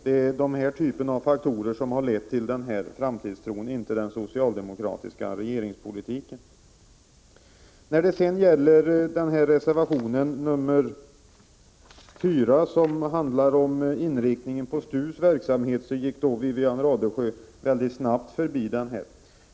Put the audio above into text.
Det är detta slags faktorer som har lett till framtidstron, inte den socialdemokratiska regeringspolitiken. Reservation 4, som handlar om inriktningen av STU:s verksamhet, gick Wivi-Anne Radesjö väldigt snabbt förbi.